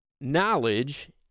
Knowledge